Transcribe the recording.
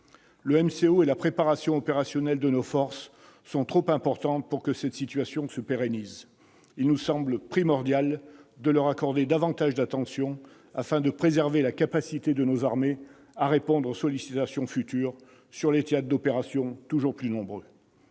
et la préparation opérationnelle de nos forces sont trop importants pour que cette situation se pérennise. Il nous semble primordial d'accorder davantage d'attention à ces sujets, afin de préserver la capacité de nos armées à répondre aux sollicitations futures, sur des théâtres d'opérations toujours plus nombreux.